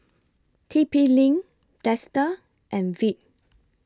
T P LINK Dester and Veet